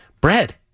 bread